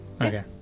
Okay